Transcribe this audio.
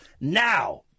Now